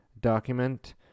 document